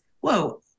whoa